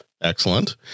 excellent